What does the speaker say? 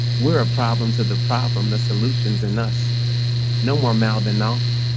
we're a problem to the problem. the solutions and us no more mountain now.